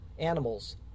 animals